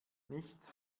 nichts